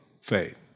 faith